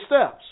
steps